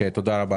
תודה.